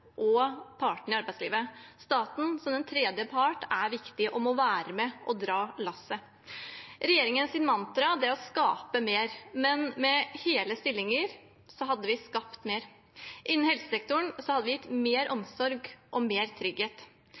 og partene i arbeidslivet. Staten som tredje part er viktig og må være med og dra lasset. Regjeringens mantra er å skape mer, men med hele stillinger hadde vi skapt mer. Innen helsesektoren hadde vi kunnet gi mer omsorg og mer trygghet.